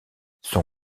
son